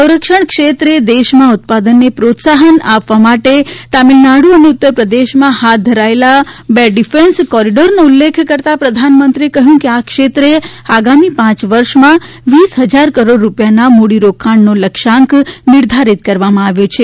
સંરક્ષણ ક્ષેત્રે દેશમાં ઉત્પાદનને પ્રોત્સાહન આપવા માટે તમીલનાડુ અને ઉત્તરપ્રદેશમાં હાથ ધરાયેલા બે ડિફેન્સ કોરીડોરનો ઉલ્લેખ કરતાં પ્રધાનમંત્રીએ કહ્યું કે આ ક્ષેત્રે આગામી પાંચ વર્ષમાં વીસ હજાર કરોડ રૂપિયાનાં મૂડીરોકાણનો લક્ષ્યાંક નિર્ધારીત કરવામાં આવ્યો છે